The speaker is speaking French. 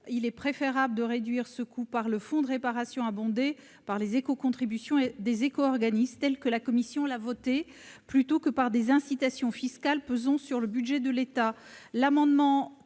il est préférable de réduire ce coût grâce au fonds de réparation abondé par les éco-contributions des éco-organismes, tel que la commission l'a voté, plutôt que par des incitations fiscales pesant sur le budget de l'État. L'amendement